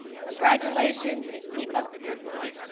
congratulations, and keep up the good work.